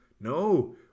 No